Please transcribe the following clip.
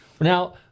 Now